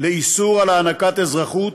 לאיסור מתן אזרחות,